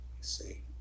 see